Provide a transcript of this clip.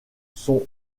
sont